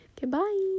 goodbye